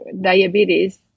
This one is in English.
diabetes